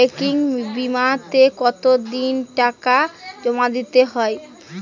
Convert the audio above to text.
Banking বিমাতে কত দিন টাকা জমা দিতে হয়?